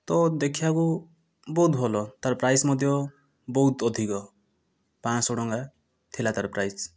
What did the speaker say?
ତ ଦେଖିବାକୁ ବହୁତ ଭଲ ତାର ପ୍ରାଇସ୍ ମଧ୍ୟ ବହୁତ ଅଧିକ ପାଞ୍ଚଶହ ଟଙ୍କା ଥିଲା ତାର ପ୍ରାଇସ୍